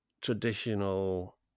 traditional